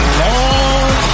long